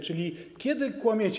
Czyli kiedy kłamiecie?